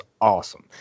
awesome